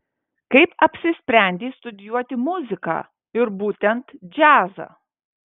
kaip apsisprendei studijuoti muziką ir būtent džiazą